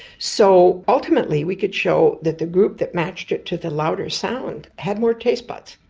so ultimately we could show that the group that matched it to the louder sound had more taste buds,